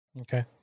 Okay